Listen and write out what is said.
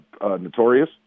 Notorious